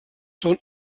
són